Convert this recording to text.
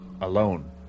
Alone